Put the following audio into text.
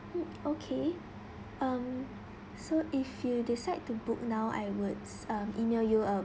mm okay um so if you decide to book now I will email you uh